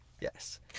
Yes